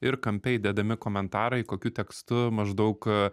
ir kampe įdedami komentarai kokiu tekstu maždaug